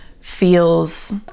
feels